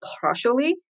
partially